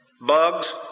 bugs